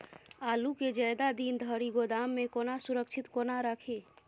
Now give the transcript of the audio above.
आलु केँ जियादा दिन धरि गोदाम मे कोना सुरक्षित कोना राखि?